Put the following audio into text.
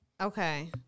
Okay